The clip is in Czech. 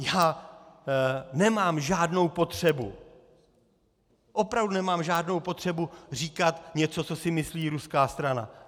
Já nemám žádnou potřebu, opravdu nemám žádnou potřebu říkat něco, co si myslí ruská strana.